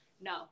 no